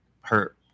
hurt